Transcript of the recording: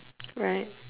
right